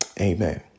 Amen